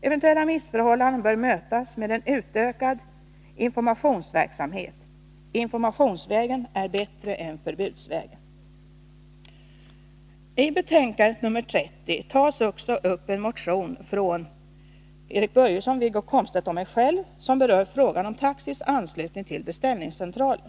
Eventuella missförhållanden bör mötas med en utökad informationsverksamhet. Informationsvägen är bättre än förbudsvägen. I betänkandet nr 30 tas också upp en motion från Erik Börjesson, Wiggo Komstedt och mig själv som berör frågan om taxis anslutning till beställningscentraler.